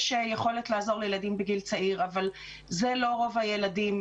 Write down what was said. יש יכולת לעזור לילדים בגיל צעיר אבל אלה לא רוב הילדים.